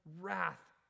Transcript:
wrath